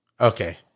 Okay